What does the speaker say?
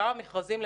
כמה מכרזים,